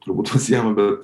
turbūt visiem bet